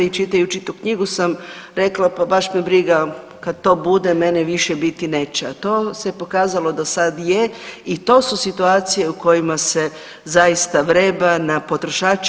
I čitajući tu knjigu sam rekla, pa baš me briga kad to bude mene više biti neće, a to se pokazalo da sad je i to su situacije u kojima se zaista vreba na potrošače.